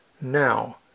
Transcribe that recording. now